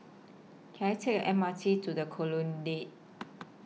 Can I Take The M R T to The Colonnade